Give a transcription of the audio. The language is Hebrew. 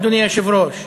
אדוני היושב-ראש?